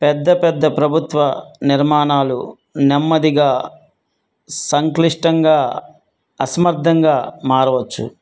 పెద్ద పెద్ద ప్రభుత్వ నిర్మాణాలు నెమ్మదిగా సంక్లిష్టంగా అసమర్థంగా మారవచ్చు